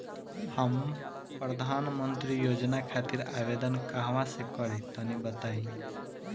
हम प्रधनमंत्री योजना खातिर आवेदन कहवा से करि तनि बताईं?